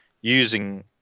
using